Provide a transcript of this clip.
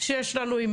שיש לנו.